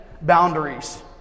boundaries